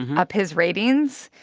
up his ratings,